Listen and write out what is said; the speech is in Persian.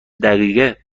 دقیقه